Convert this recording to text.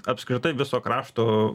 apskritai viso krašto